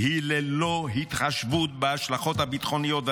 היא ללא התחשבות בהשלכות הביטחוניות והמדיניות.